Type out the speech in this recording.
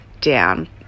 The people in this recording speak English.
down